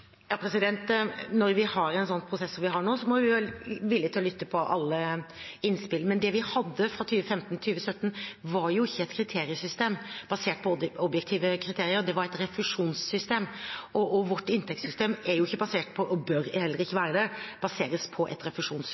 Når vi har en sånn prosess som vi har nå, må vi være villige til å lytte til alle innspill. Det vi hadde fra 2015 til 2017, var ikke et kriteriesystem basert på objektive kriterier – det var et refusjonssystem. Vårt inntektssystem er ikke, og bør heller ikke være, basert på et